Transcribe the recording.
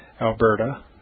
Alberta